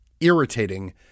irritating